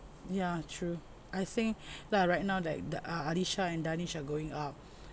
ya true I think like right now like th~ the alisha and darnish are growing up